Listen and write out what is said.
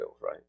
right